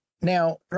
Now